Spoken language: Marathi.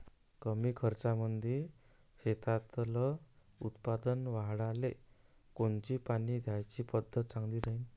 कमी खर्चामंदी शेतातलं उत्पादन वाढाले कोनची पानी द्याची पद्धत चांगली राहीन?